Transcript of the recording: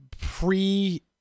pre